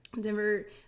Denver